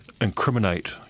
incriminate